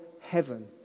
heaven